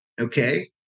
Okay